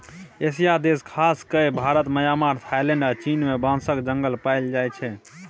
एशियाई देश खास कए भारत, म्यांमार, थाइलैंड आ चीन मे बाँसक जंगल पाएल जाइ छै